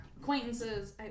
acquaintances